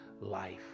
Life